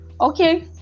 Okay